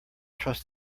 trust